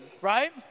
right